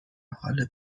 حال